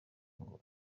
ngo